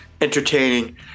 entertaining